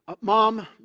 Mom